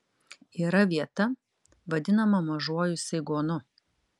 yra vieta vadinama mažuoju saigonu